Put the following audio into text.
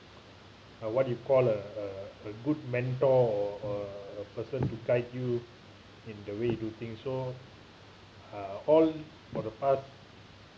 a what you call a a good mentor or a a person to guide you in the way to do things so uh all for the past